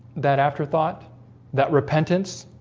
that after thought that repentance,